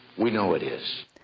we know it is.